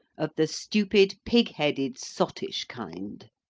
of the stupid, pig-headed, sottish kind.